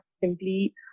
simply